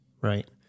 right